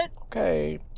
Okay